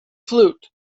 flute